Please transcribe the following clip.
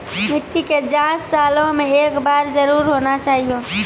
मिट्टी के जाँच सालों मे एक बार जरूर होना चाहियो?